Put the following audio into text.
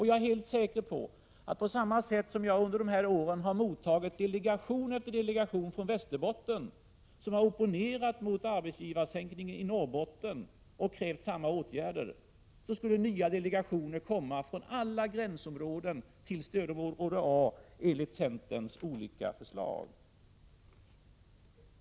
Jag är säker på att på samma sätt som jag under de här åren har tagit emot delegation efter delegation från Västerbotten, som har opponerat mot sänkningen av arbetsgivaravgifterna i Norrbotten och krävt samma åtgärder, skulle nya delegationer komma från alla områden som gränsar till stödområde A och som inte skulle omfattas av sänkningen enligt centerns olika förslag. Herr talman!